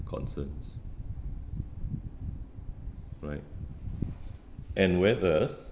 concerns right and whether